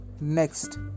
Next